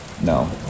No